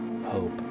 Hope